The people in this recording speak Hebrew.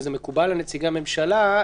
וזה מקובל על נציגי הממשלה,